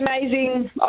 amazing